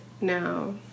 now